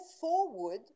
forward